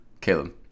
Caleb